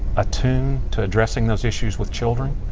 attuned to addressing those issues with children.